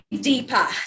deeper